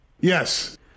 Yes